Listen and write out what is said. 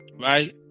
right